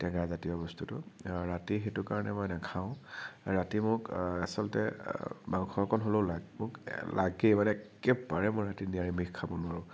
টেঙাজাতীয় বস্তুটো ৰাতি সেইটো কাৰণে মই নাখাওঁ ৰাতি মোক আচলতে মাংস অকণ হ'লেও লাগ মোক লাগেই মানে একেবাৰেই মই ৰাতি নিৰামিষ খাব নোৱাৰো